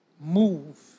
move